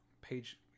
page